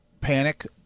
panic